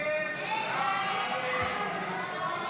הסתייגות 3 לא נתקבלה.